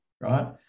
right